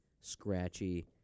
scratchy